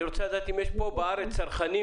אני רוצה לדעת אם יש פה בארץ צרכנים.